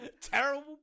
terrible